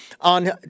on